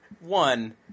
one